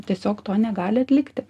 tiesiog to negali atlikti